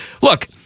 look